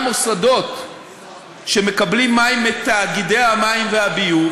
מוסדות שמקבלים מים מתאגידי המים והביוב,